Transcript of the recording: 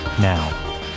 now